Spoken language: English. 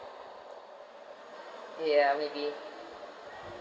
ya maybe